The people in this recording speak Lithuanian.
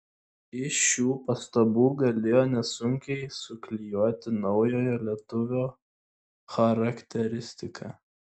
iš šių pastabų galėjo nesunkiai suklijuoti naujojo lietuvio charakteristiką